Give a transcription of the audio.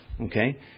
okay